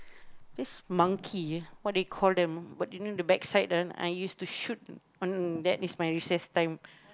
this monkey what they call them you know the backside one I used to shoot on that is my recess time